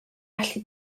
allu